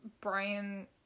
Brian